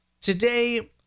today